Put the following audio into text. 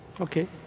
okay